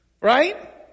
Right